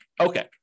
Okay